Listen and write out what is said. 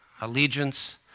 allegiance